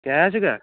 cash गै